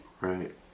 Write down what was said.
Right